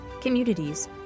communities